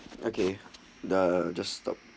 okay the just stop